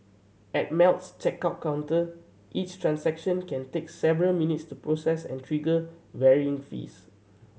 at Melt's checkout counter each transaction can take several minutes to process and trigger varying fees